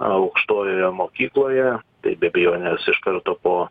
aukštojoje mokykloje tai be abejonės iš karto po